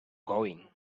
going